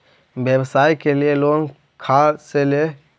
व्यवसाय के लिये लोन खा से ले?